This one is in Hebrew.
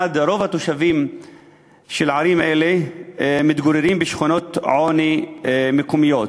1. רוב התושבים הערבים של הערים האלה מתגוררים בשכונות עוני מקומיות,